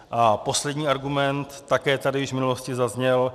A poslední argument, také tady již v minulosti zazněl.